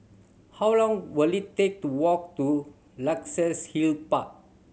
how long will it take to walk to Luxus Hill Park